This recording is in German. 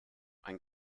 ein